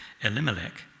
Elimelech